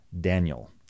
Daniel